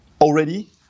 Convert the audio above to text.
already